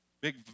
big